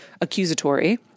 accusatory